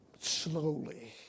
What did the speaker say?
slowly